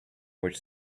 which